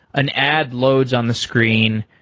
an ad loads on the screen.